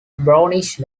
brownish